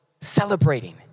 Celebrating